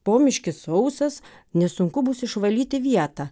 pomiškis sausas nesunku bus išvalyti vietą